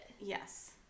Yes